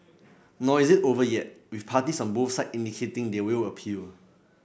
nor is it over yet with parties on both side indicating they will appeal